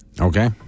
Okay